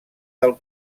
del